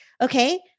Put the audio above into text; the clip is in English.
okay